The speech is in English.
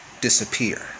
disappear